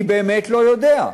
אני באמת לא יודע.